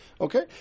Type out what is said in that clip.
Okay